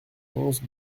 onze